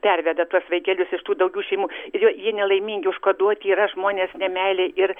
perveda tuo vaikelius iš tų daugių šeimų ir jo jie nelaimingi užkoduoti yra žmonės nemeilei ir